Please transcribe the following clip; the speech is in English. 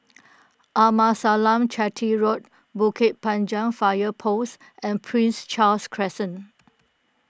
Arnasalam Chetty Road Bukit Panjang Fire Post and Prince Charles Crescent